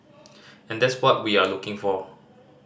and that's what we are looking for